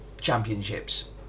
championships